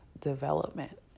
development